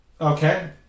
Okay